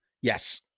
yes